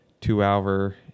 two-hour